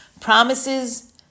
Promises